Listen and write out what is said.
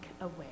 away